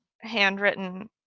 handwritten